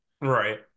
Right